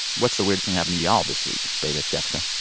what's the weird thing happen to y'all this week, david, jessica?